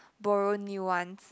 borrow new ones